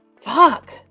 Fuck